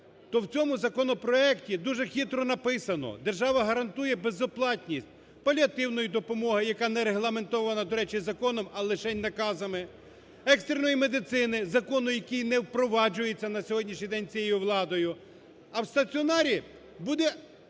то в цьому законопроекті дуже хитро написано "держава гарантує безоплатність паліативної допомоги" (яка не регламентована, до речі, законом, а лишень наказами), "екстреної медицини" (закону, який не впроваджується на сьогоднішній день цією владою), а в стаціонарі буде